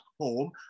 home